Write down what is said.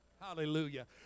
Hallelujah